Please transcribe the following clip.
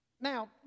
Now